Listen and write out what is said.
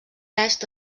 est